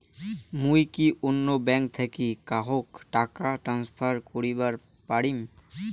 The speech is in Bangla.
মুই কি অন্য ব্যাঙ্ক থাকি কাহকো টাকা ট্রান্সফার করিবার পারিম?